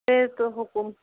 کٔرۍ تَو حُکُم